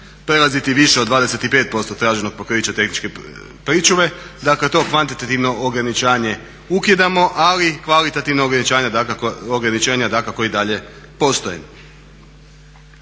prelaziti više od 25% traženog pokrića tehničke pričuve, dakle to kvantitativno ograničenje ukidamo, ali kvalitativno ograničenje dakako i dalje postoje.